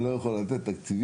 אני לא יכול לתת תקציבים,